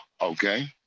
Okay